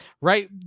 Right